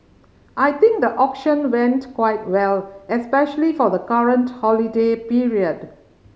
I think the auction went quite well especially for the current holiday period